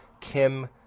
Kim